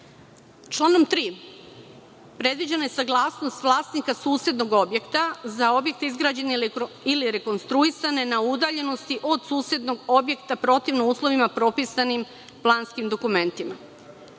izbeći. Članom 3. predviđena je saglasnost vlasnika susednog objekta za objekte izgrađene ili rekonstruisane na udaljenosti od susednog objekta protivno uslovima propisanim planskim dokumentima.